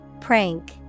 Prank